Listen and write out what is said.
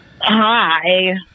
Hi